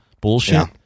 bullshit